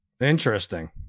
interesting